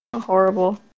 Horrible